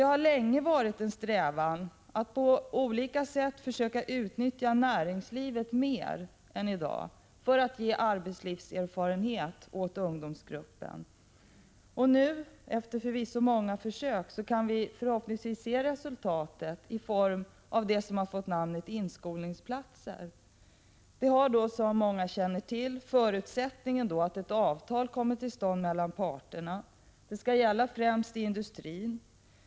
Det har länge varit en strävan att på olika sätt försöka utnyttja näringslivet mer än vad som sker i dag för att ge ungdomar arbetslivserfarenhet. Det har förvisso gjorts många försök, men nu kan vi förhoppningsvis se slutresultatet i form av det som fått namnet inskolningsplatser. Som många känner till, förutsätts för dessa platser att ett avtal kommer till stånd mellan parterna. Det skall främst gälla industrin.